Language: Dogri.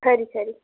खरी खरी